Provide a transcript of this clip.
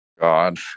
God